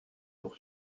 sur